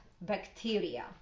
bacteria